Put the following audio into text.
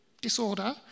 disorder